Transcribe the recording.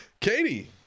Katie